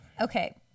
Okay